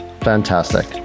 Fantastic